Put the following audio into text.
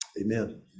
amen